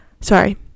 Sorry